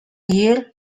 year